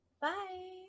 Bye